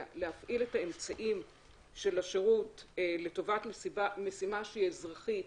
להפעיל את האמצעים של השירות לטובת משימה שהיא אזרחית